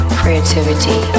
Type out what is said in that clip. creativity